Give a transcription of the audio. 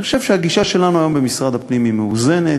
אני חושב שהגישה שלנו היום במשרד הפנים היא מאוזנת,